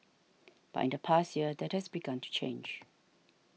but in the past year that has begun to change